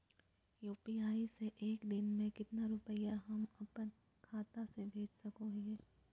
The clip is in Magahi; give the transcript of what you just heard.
यू.पी.आई से एक दिन में कितना रुपैया हम अपन खाता से भेज सको हियय?